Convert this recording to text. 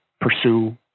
pursue